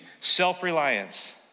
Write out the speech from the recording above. self-reliance